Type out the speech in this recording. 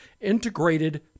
Integrated